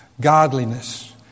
godliness